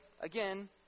Again